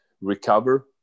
recover